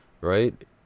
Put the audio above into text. Right